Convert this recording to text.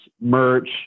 merch